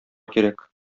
кирәк